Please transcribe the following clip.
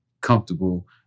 comfortable